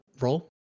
roll